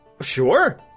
Sure